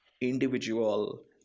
individual